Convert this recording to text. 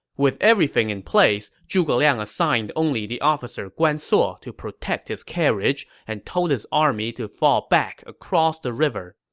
with everything in place, zhuge liang assigned only the officer guan suo to protect his carriage and told his army to fall back across the river.